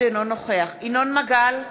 אינו נוכח ינון מגל,